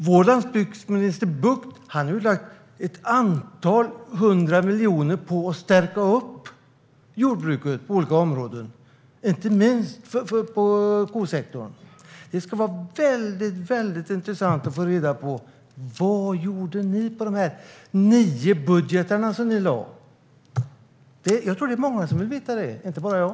Vår landsbygdsminister Bucht har tillfört ett antal hundra miljoner för att stärka jordbruket på olika områden, inte minst inom kosektorn. Det ska bli mycket intressant att få reda på vad ni gjorde under den tid då ni lade fram nio budgetar. Jag tror att det är många som vill veta det, inte bara jag.